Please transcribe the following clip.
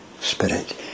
Spirit